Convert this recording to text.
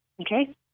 Okay